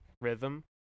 rhythm